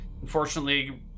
Unfortunately